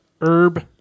Herb